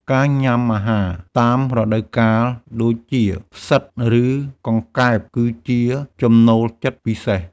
ការញ៉ាំអាហារតាមរដូវកាល ដូចជា ផ្សិត ឬកង្កែប គឺជាចំណូលចិត្តពិសេស។